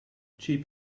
cheap